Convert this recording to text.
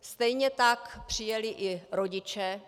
Stejně tak přijeli i rodiče.